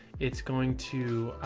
it's going to,